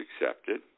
accepted